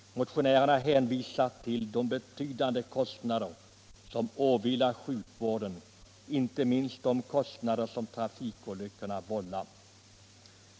Motionärerna hänvisar till de betydande kostnader, som åvilar sjukvården, inte minst de kostnader som trafikolyckorna vållar.